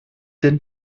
den